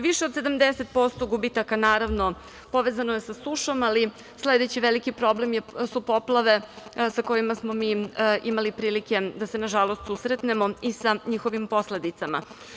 Više od 70% gubitaka, naravno, povezano je sa sušom ali sledeći veliki problem su poplave, sa kojima smo imali prilike da se nažalost susretnemo i sa njihovim posledicama.